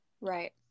Right